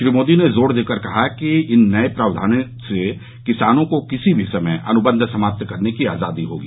श्री मोदी ने जोर देकर कहा कि इन नये प्रावधानों से किसानों को किसी भी समय अनुबंध समाप्त करने की आजादी होगी